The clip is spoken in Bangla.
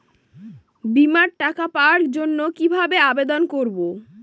বিমার টাকা পাওয়ার জন্য কিভাবে আবেদন করব?